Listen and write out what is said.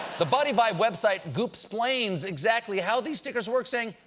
the body vibe website goop-splains exactly how these stickers work, saying,